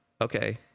okay